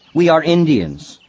we are indians!